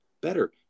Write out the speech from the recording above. better